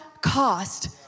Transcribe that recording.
cost